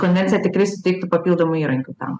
konvencija tikrai suteiktų papildomų įrankių tam